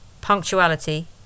Punctuality